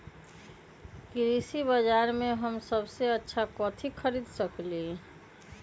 कृषि बाजर में हम सबसे अच्छा कथि खरीद सकींले?